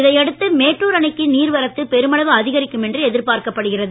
இதையடுத்து மேட்டூர் அணைக்கு நீர்வரத்து பெருமளவு அதிகரிக்கும் என்று எதிர்பார்க்கப் படுகிறது